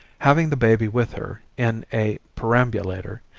having the baby with her in a perambulator,